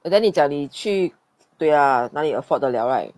then 你讲你去对 ah 哪里 afford 得 liao right